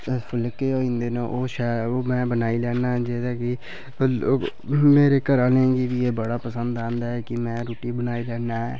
जे कि फुल्के होइए ओह् में बनाई लैन्ना मेरे घराह्लें गी बी बड़ा पसंद औंदा कि में रुट्टी बनाई लैन्ना